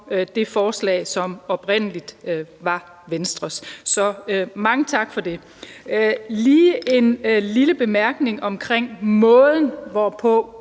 det forslag, som oprindelig var Venstres. Så mange tak for det. Der er lige en lille bemærkning omkring måden, hvorpå